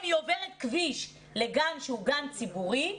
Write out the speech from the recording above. אם היא עוברת כביש לגן שהוא גן ציבורי,